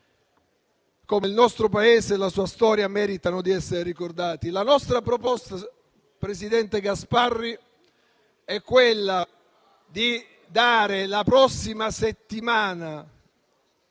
come il nostro Paese e la sua storia meritano di essere ricordati. La nostra proposta, presidente Gasparri, è di concedere la prossima settimana